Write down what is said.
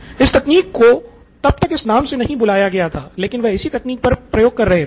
इस तकनीक को तब इस नाम से नहीं बुलाया गया था लेकिन वह इसी तकनीक पर प्रयोग कर रहे थे